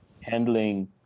handling